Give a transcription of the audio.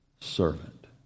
servant